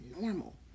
normal